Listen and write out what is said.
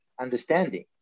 understanding